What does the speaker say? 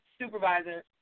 supervisor